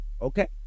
Okay